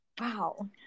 Wow